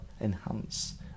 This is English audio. enhance